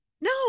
no